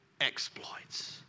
exploits